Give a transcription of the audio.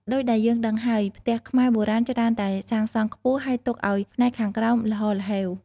ដូចដែលយើងដឹងហើយ ផ្ទះខ្មែរបុរាណច្រើនតែសាងសង់ខ្ពស់ ហើយទុកឱ្យផ្នែកខាងក្រោមល្ហហ្ហេវ។